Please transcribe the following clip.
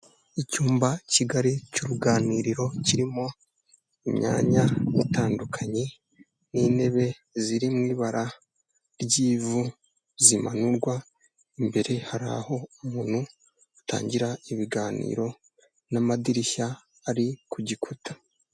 Icyumba kigari cy'uruganiriro kirimo imyanya itandukanye n'intebe ziri mu ibara ry'ivu zimanurwa, imbere hari aho umuntu atanngira ibiganiro n'amadirishya ari ku gikuta.